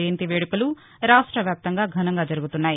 జయంతి వేదుకలు రాష్ట్ర వ్యాప్తంగా ఘనంగా జరుగుతున్నాయి